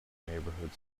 neighborhood